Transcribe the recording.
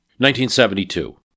1972